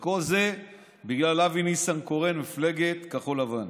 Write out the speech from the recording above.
וכל זה בגלל אבי ניסנקורן ומפלגת כחול לבן.